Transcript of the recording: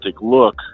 look